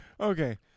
okay